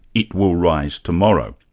it will rise tomorrow.